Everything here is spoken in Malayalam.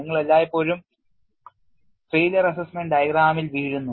നിങ്ങൾ എല്ലായ്പ്പോഴും പരാജയം വിലയിരുത്തൽ ഡയഗ്രാമിൽ വീഴുന്നു